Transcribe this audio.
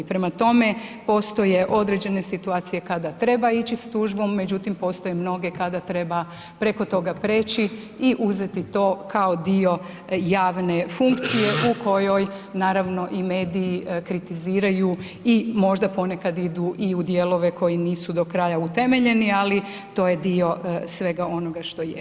Prema tome, postoje određene situacije kada treba ići sa tužbom međutim postoje mnoge kada treba preko toga prijeći i uzeti to kao dio javne funkcije u kojoj naravno i mediji kritiziraju i možda ponekad idu i u dijelove koji nisu do kraja utemeljeni ali to je dio svega onoga što je.